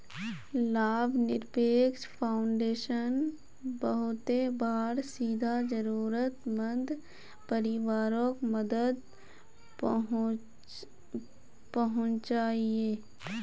लाभ निरपेक्ष फाउंडेशन बहुते बार सीधा ज़रुरत मंद परिवारोक मदद पहुन्चाहिये